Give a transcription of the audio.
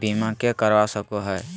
बीमा के करवा सको है?